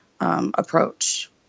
approach